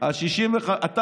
אל תדאג,